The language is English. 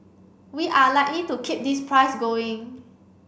we are likely to keep this price going